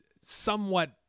somewhat